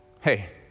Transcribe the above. Hey